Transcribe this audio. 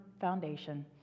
foundation